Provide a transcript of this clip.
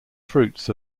fruits